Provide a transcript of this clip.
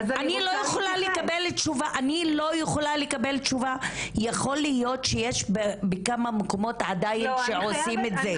אני לא יכולה לקבל תשובה שיכול להיות שבכמה מקומות עדיין עושים את זה.